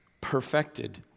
perfected